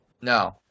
No